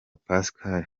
pascal